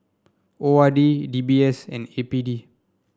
O R D D B S and A P D